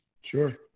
Sure